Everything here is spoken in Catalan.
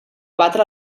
batre